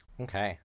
okay